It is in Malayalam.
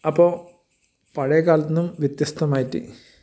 അപ്പോൾ പഴയകാലത്തു നിന്നും വ്യത്യസ്തമായിട്ട്